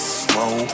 slow